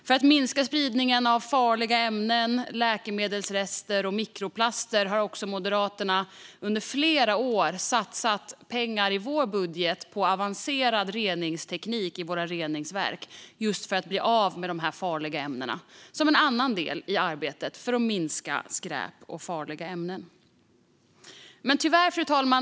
För att minska spridningen av farliga ämnen, läkemedelsrester och mikroplaster har Moderaterna under flera år satsat pengar i vår budget på avancerad reningsteknik i våra reningsverk just för att bli av med dessa farliga ämnen, detta som en annan del i arbetet för att minska skräp och farliga ämnen. Fru talman!